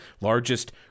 largest